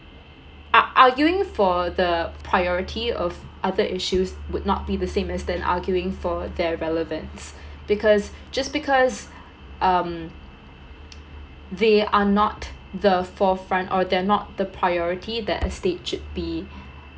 ar~ arguing for the priority of other issues would not be the same as then arguing for their relevance because just because um they are not the forefront or they are not the priority that a state should be